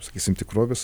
sakysim tikrovės